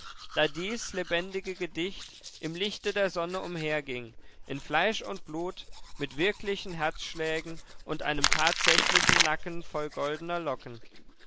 da dies lebendige gedicht im lichte der sonne umherging in fleisch und blut mit wirklichen herzschlägen und einem tatsächlichen nacken voll goldener locken